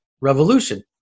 Revolution